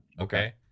Okay